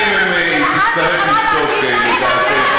כמה שנים היא תצטרך לשתוק לדעתך?